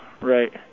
right